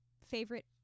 favorite